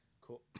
Cool